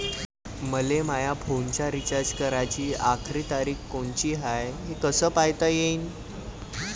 मले माया फोनचा रिचार्ज कराची आखरी तारीख कोनची हाय, हे कस पायता येईन?